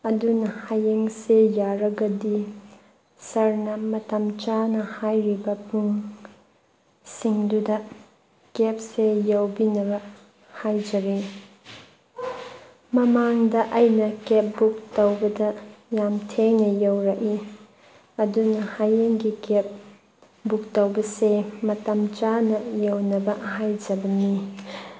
ꯑꯗꯨꯅ ꯍꯌꯦꯡꯁꯦ ꯌꯥꯔꯒꯗꯤ ꯁꯥꯔꯅ ꯃꯇꯝ ꯆꯥꯅ ꯍꯥꯏꯔꯤꯕ ꯄꯨꯡ ꯁꯤꯡꯗꯨꯗ ꯀꯦꯞꯁꯦ ꯌꯧꯕꯤꯅꯕ ꯍꯥꯏꯖꯔꯤ ꯃꯃꯥꯡꯗ ꯑꯩꯅ ꯀꯦꯄ ꯕꯨꯛ ꯇꯧꯕꯗ ꯌꯥꯝ ꯊꯦꯡꯅ ꯌꯧꯔꯛꯏ ꯑꯗꯨꯅ ꯍꯌꯦꯡꯒꯤ ꯀꯦꯞ ꯕꯨꯛ ꯇꯧꯕꯁꯦ ꯃꯇꯝ ꯆꯥꯅ ꯌꯧꯅꯕ ꯍꯥꯏꯖꯕꯅꯤ